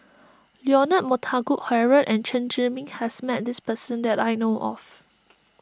Leonard Montague Harrod and Chen Zhiming has met this person that I know of